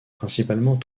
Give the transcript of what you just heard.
principalement